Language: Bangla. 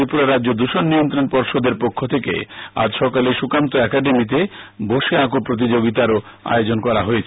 ত্রিপুরা রাজ্য দৃষণ নিয়ন্ত্রণ পর্ষদের পক্ষ থেকে আজ সকালে সুকান্ত একাডেমিতে বসে আঁকো প্রতিযোগিতারও আয়োজন করা হয়েছে